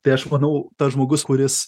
tai aš manau tas žmogus kuris